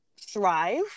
thrive